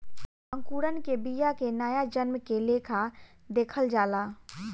अंकुरण के बिया के नया जन्म के लेखा देखल जाला